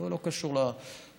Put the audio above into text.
לא קשור לחופש,